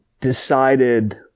decided –